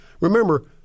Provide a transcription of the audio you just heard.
remember